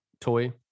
toy